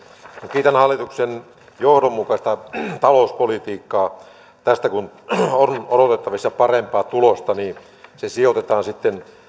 kiitän hallituksen johdonmukaista talouspolitiikkaa tästä kun on odotettavissa parempaa tulosta niin se sijoitetaan sitten